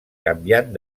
canviant